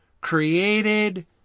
Created